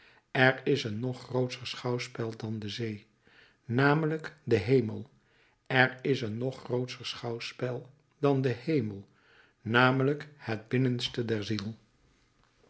er is een nog grootscher schouwspel dan de zee namelijk de hemel er is een nog grootscher schouwspel dan de hemel namelijk het binnenste der ziel